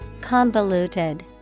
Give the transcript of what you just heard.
Convoluted